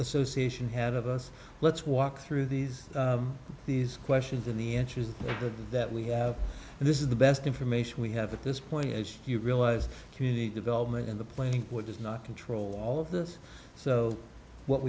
association had of us let's walk through these these questions in the interest that we have and this is the best information we have at this point as you realize community development in the planning what does not control all of this so what